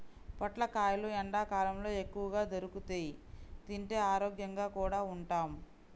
పొట్లకాయలు ఎండ్లకాలంలో ఎక్కువగా దొరుకుతియ్, తింటే ఆరోగ్యంగా కూడా ఉంటాం